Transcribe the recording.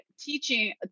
teaching